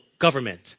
government